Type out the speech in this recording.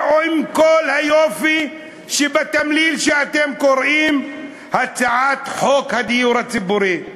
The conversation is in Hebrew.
או עם כל היופי שבתמליל שאתם קוראים לו "הצעת חוק הדיור הציבורי".